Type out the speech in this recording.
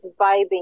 vibing